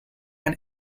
can